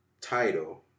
title